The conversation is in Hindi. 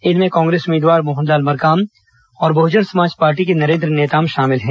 इनमें कांग्रेस उम्मीदवार मोहन लाल मरकाम और बहजन समाज पार्टी के नरेन्द्र नेताम शामिल हैं